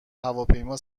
هواپیما